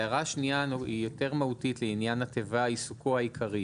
ההערה השנייה היא יותר מהותית לעניין התיבה "עיסוקו העיקרי".